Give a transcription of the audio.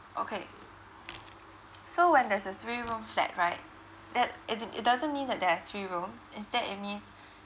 okay so when there's a three room flat right that it does~ it doesn't mean that there're three rooms instead it means